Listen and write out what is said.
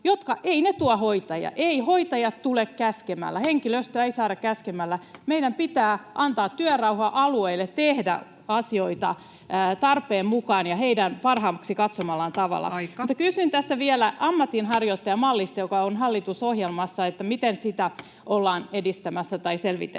eivät tuo hoitajia. Eivät hoitajat tule käskemällä. Henkilöstöä ei saada käskemällä. Meidän pitää antaa työrauha alueille, tehdä asioita tarpeen mukaan ja heidän parhaaksi katsomallaan tavalla. [Puhemies: Aika!] Kysyn tässä vielä ammatinharjoittajamallista, joka on hallitusohjelmassa. Miten sitä ollaan edistämässä tai selvitetään?